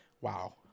Wow